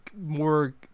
more